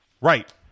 right